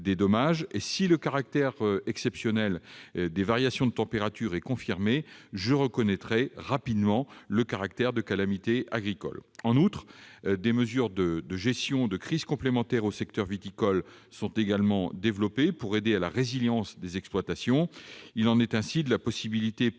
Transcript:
Si le caractère exceptionnel des variations de température est confirmé, je reconnaîtrai rapidement le caractère de calamité agricole. En outre, des mesures de gestion de crise complémentaires destinées au secteur viticole sont également développées pour conforter la résilience des exploitations. Il en est ainsi de la possibilité, pour